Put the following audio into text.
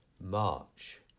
March